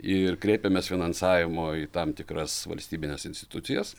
ir kreipėmės finansavimo į tam tikras valstybines institucijas